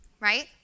Right